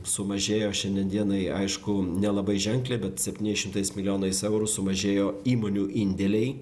sumažėjo šiandien dienai aišku nelabai ženkliai bet septyniais šimtais milijonais eurų sumažėjo įmonių indėliai